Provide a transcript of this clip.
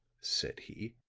said he.